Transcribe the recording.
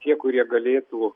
tie kurie galėtų